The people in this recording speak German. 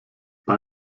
bei